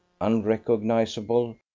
unrecognizable